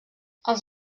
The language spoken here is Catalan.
els